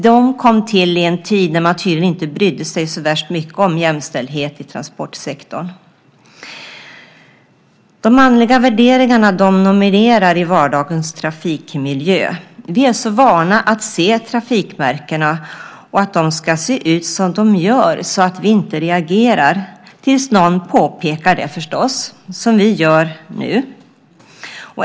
De kom till i en tid när man tydligen inte brydde sig så värst mycket om jämställdhet i transportsektorn. De manliga värderingarna dominerar i vardagens trafikmiljö. Vi är så vana vid att se trafikmärkena och att de ska se ut som de gör att vi inte reagerar förrän någon påpekar det förstås, som vi gör nu.